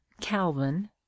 calvin